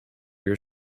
your